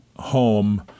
Home